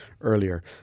earlier